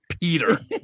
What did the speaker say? Peter